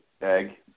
egg